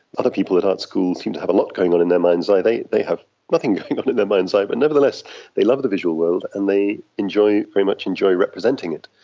other people at art school seem to have a lot going on in their mind's eye. they they have nothing going on in their mind's eye, but nevertheless they love the visual world and they very much enjoy representing it.